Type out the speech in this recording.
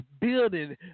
building